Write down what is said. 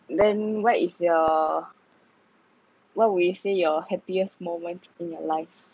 then what is your what would you say your happiest moment in your life